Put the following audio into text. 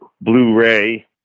Blu-ray